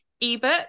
ebook